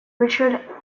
richard